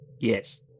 Yes